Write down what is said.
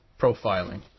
profiling